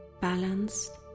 balanced